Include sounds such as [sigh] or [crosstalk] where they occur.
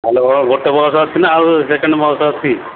[unintelligible] ଗୋଟେ ବସ୍ ଅଛି ନା ଆଉ ସେକେଣ୍ଡ ବସ୍ ଅଛି